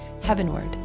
heavenward